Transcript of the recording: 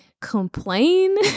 complain